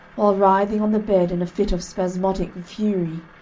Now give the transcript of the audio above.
while writhing on the bed in a fit of spasmodic fury,